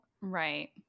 Right